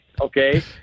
okay